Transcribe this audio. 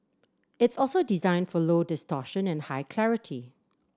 it's also designed for low distortion and high clarity